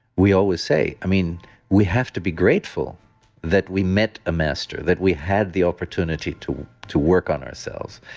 we always say. i mean we have to be grateful that we met a master, that we had the opportunity to to work on ourselves.